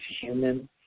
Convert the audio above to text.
human